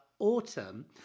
Autumn